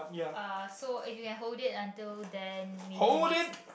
uh so if you can hold it until then maybe makes